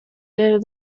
der